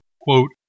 quote